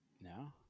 No